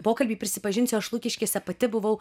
pokalbį prisipažinsiu aš lukiškėse pati buvau